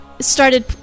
started